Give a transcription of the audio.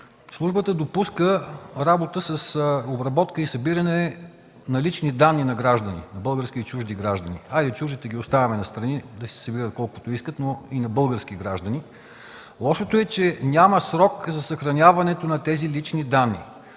службата допуска работа с обработка и събиране на лични данни на граждани – български и чужди. Хайде, чуждите ги оставяме настрани да си събират колкото искат, но има български граждани. Лошото е, че няма срок за съхраняването на тези лични данни.